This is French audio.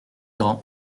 grand